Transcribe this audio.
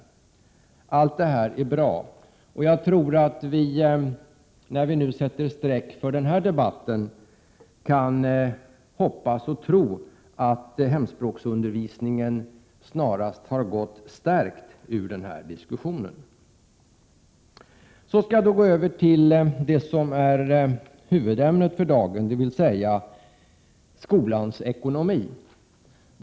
Allt detta är bra, och jag tror att vi när vi sätter streck för denna debatt kan hoppas och tro att hemspråksundervisningen snarast har gått stärkt ur diskussionen. Så skall jag gå över till huvudämnet för dagen, dvs. skolans ekonomi.